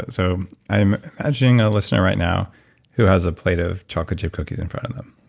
so i'm imagining a listener right now who has a plate of chocolate chip cookies in front of them.